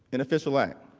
an official act.